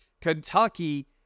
Kentucky